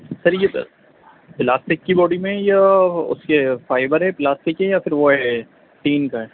سر یہ پلاسٹک کی باڈی میں ہے یا اس کے فائبر ہے پلاسٹک ہے یا وہ ہے ٹین کا ہے